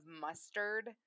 mustard